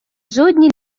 жодній